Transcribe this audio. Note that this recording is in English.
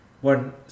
one